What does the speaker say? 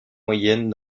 moyenne